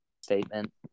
statement